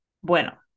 Bueno